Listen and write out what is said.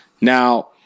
Now